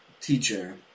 teacher